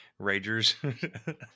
ragers